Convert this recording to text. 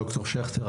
ד"ר שכטר,